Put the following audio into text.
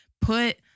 put